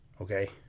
okay